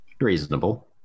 Reasonable